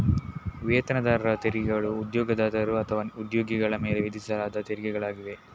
ವೇತನದಾರರ ತೆರಿಗೆಗಳು ಉದ್ಯೋಗದಾತರು ಅಥವಾ ಉದ್ಯೋಗಿಗಳ ಮೇಲೆ ವಿಧಿಸಲಾದ ತೆರಿಗೆಗಳಾಗಿವೆ